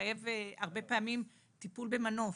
מחייב הרבה פעמים טיפול במנוף,